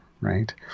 right